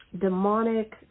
demonic